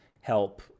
help